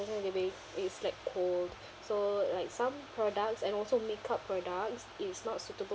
doesn't really it's like cold so like some products and also make-up products is not suitable